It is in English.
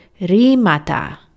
rimata